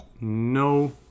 no